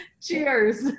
Cheers